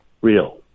real